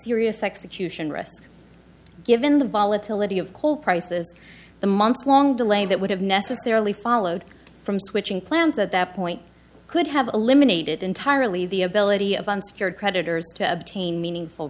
risk given the volatility of coal prices the months long delay that would have necessarily followed from switching plans at that point could have eliminated entirely the ability of unsecured creditors to obtain meaningful